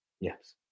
Yes